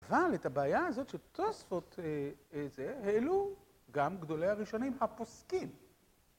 אבל את הבעיה הזאת של תוספות זה, העלו גם גדולי הראשונים, הפוסקים.